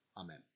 Amen